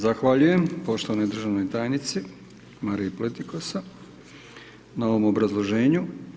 Zahvaljujem poštovanoj državnoj tajnici, Mariji Pletikosa na ovom obrazloženju.